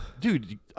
Dude